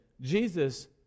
Jesus